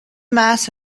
mass